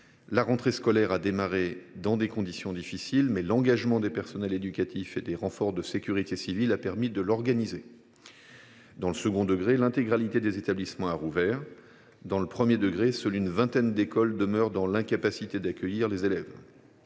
La rentrée scolaire s’est faite, dans des conditions difficiles certes, mais l’engagement des personnels éducatifs et des renforts de sécurité civile a permis de l’organiser. Dans le second degré, l’intégralité des établissements a rouvert. Dans le premier degré, seule une vingtaine d’écoles demeurent dans l’incapacité d’accueillir les élèves,